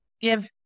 give